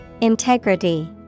Integrity